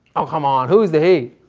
oh, come on. who is the he?